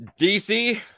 DC